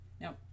Now